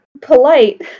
polite